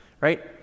right